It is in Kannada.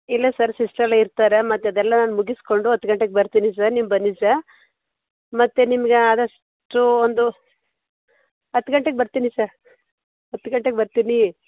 ಇಲ್ಲ ಸರ್ ಸಿಸ್ಟ್ರ್ ಎಲ್ಲ ಇರ್ತಾರೆ ಮತ್ತು ಅದೆಲ್ಲ ನಾನು ಮುಗಿಸಿಕೊಂಡು ಹತ್ತು ಗಂಟೆಗೆ ಬರ್ತೀನಿ ಸರ್ ನೀವು ಬನ್ನಿ ಸ ಮತ್ತು ನಿಮಗೆ ಆದಷ್ಟು ಒಂದು ಹತ್ತು ಗಂಟೆಗೆ ಬರ್ತೀನಿ ಸ ಹತ್ತು ಗಂಟೆಗೆ ಬರ್ತೀನಿ